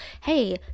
hey